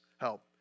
help